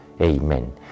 Amen